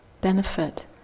benefit